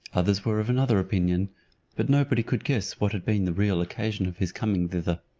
others were of another opinion but nobody could guess what had been the real occasion of his coming thither.